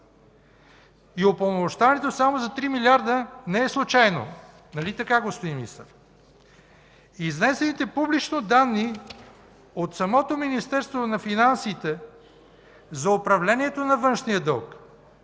И упълномощаването само за 3 милиарда не е случайно, нали така, господин Министър? Изнесените публично данни от самото Министерство на финансите за управлението на външния дълг